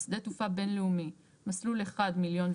שדה תעופה בין לאומי: מסלול אחד - 1,200,000.